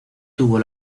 tuvo